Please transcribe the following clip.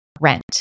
rent